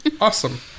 Awesome